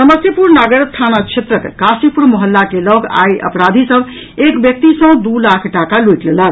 समस्तीपुर नगर थाना क्षेत्रक काशीपुर मोहल्ला के लऽग आई अपराधी सभ एक व्यक्ति सँ दू लाख टाका लूटि लेलक